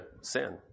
sin